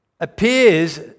Appears